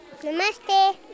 namaste